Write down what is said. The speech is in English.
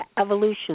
evolution